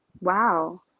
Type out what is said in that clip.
Wow